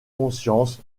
conscience